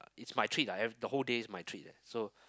is my treat ah the whole day is my treat ah so